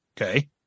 Okay